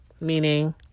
Meaning